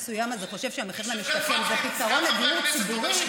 יש לך חוסר ידע שגובל בבורות בכל מה שקשור לדיור ציבורי.